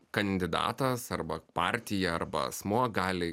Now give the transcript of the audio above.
kandidatas arba partija arba asmuo gali